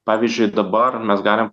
pavyzdžiui dabar mes galim